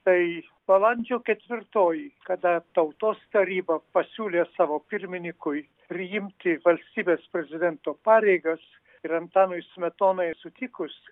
tai balandžio ketvirtoji kada tautos taryba pasiūlė savo pirmininkui priimti valstybės prezidento pareigas ir antanui smetonai sutikus